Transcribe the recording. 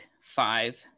five